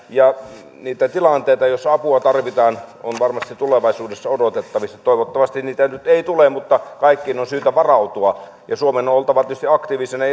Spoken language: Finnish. ja niitä tilanteita joissa apua tarvitaan on varmasti tulevaisuudessa odotettavissa toivottavasti niitä nyt ei tule mutta kaikkien on syytä varautua ja suomen on oltava tietysti aktiivisena